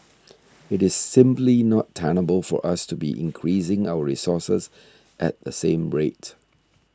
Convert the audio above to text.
it is simply not tenable for us to be increasing our resources at the same rate